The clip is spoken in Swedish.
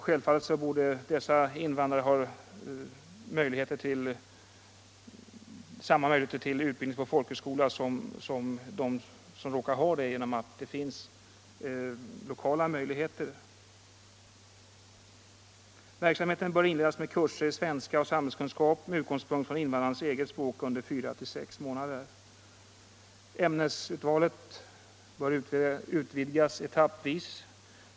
Självfallet borde invandrarna ha samma möjligheter till folkhögskolestudier i de områden där de bor. Verksamheten bör inledas med kurser i svenska och samhällskunskap med utgångspunkt i invandrarnas eget språk under fyra till sex månader. Ämnesvalet bör utvidgas etappvis.